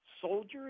soldiers